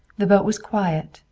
the boat was quiet,